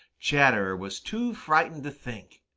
chatterer was too frightened to think.